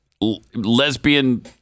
lesbian